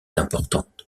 importante